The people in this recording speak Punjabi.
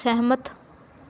ਸਹਿਮਤ